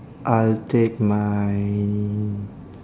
I'll take my